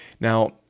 Now